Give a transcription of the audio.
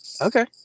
Okay